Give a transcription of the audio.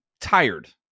tired